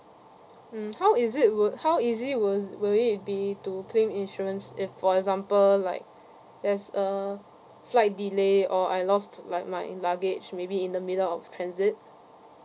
mm how easy will how easy will will it be to claim insurance if for example like there's a flight delay or I lost like my luggage maybe in the middle of transit